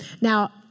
Now